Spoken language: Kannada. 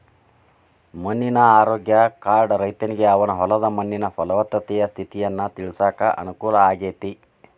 ಮಣ್ಣಿನ ಆರೋಗ್ಯ ಕಾರ್ಡ್ ರೈತನಿಗೆ ಅವನ ಹೊಲದ ಮಣ್ಣಿನ ಪಲವತ್ತತೆ ಸ್ಥಿತಿಯನ್ನ ತಿಳ್ಕೋಳಾಕ ಅನುಕೂಲ ಆಗೇತಿ